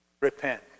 Repent